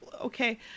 okay